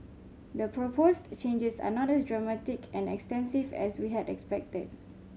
the proposed changes are not as dramatic and extensive as we had expected